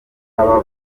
aba